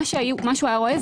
מה שהוא היה רואה,